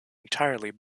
entirely